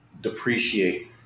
depreciate